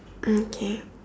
mm K